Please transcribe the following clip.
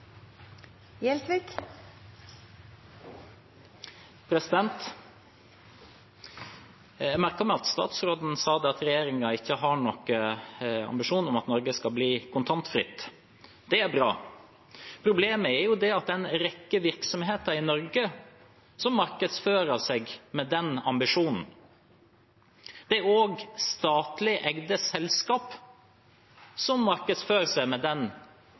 Jeg merket meg at statsråden sa at regjeringen ikke har noen ambisjon om at Norge skal bli kontantfritt. Det er bra. Problemet er at det er en rekke virksomheter i Norge som markedsfører seg med den ambisjonen. Det er også statlig eide selskap som markedsfører seg med den ambisjonen. Det siste er Vy, som det har vært flere oppslag om den